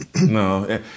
No